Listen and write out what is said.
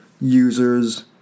users